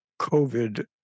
COVID